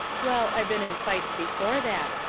well, i been in fights before that,